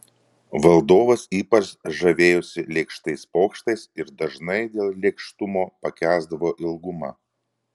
valdovas ypač žavėjosi lėkštais pokštais ir dažnai dėl lėkštumo pakęsdavo ilgumą